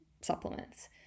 supplements